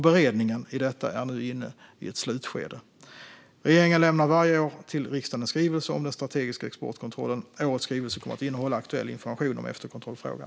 Beredningen av detta är nu inne i ett slutskede. Regeringen lämnar varje år till riksdagen en skrivelse om den strategiska exportkontrollen. Årets skrivelse kommer att innehålla aktuell information om efterkontrollfrågan.